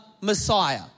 Messiah